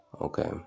Okay